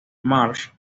marge